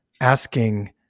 asking